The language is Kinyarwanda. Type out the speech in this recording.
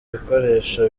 ibikoresho